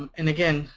and, again,